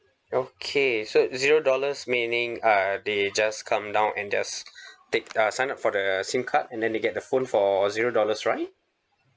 okay so zero dollars meaning uh they just come down and just take uh sign up for the sim card and then they get the phone for zero dollars right